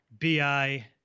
Bi